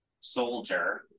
soldier